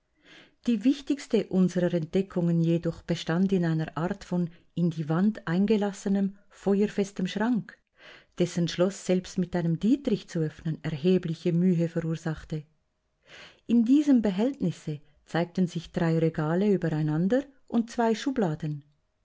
die wichtigste unserer entdeckungen jedoch bestand in einer art von in die wand eingelassenem feuerfestem schrank dessen schloß selbst mit einem dietrich zu öffnen erhebliche mühe verursachte in diesem behältnisse zeigten sich drei regale übereinander und zwei schubladen